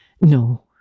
No